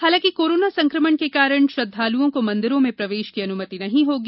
हालांकि कोरोना संक्रमण के कारण श्रद्दालुओं को मंदिरों में प्रवेश की अनुमति नहीं होगी